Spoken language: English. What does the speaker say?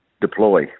deploy